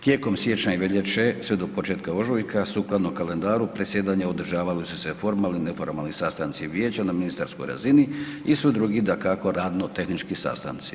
Tijekom siječnja i veljače sve do početka ožujka sukladno kalendaru predsjedanja održavali su se formalni i neformalni sastanci vijeća na ministarskoj razini i svi drugi dakako radno tehnički sastanci.